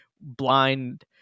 blind